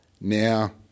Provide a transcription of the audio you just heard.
Now